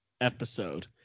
episode